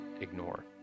ignore